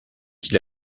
qu’il